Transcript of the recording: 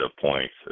points